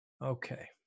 Okay